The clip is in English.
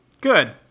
Good